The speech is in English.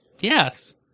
Yes